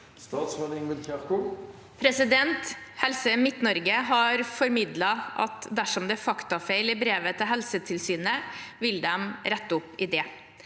Helse Midt- Norge har formidlet at dersom det er faktafeil i brevet til Helsetilsynet, vil de rette opp i det.